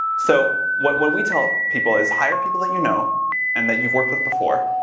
so what, what we tell people is, hire people that you know and that you've worked with before.